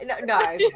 No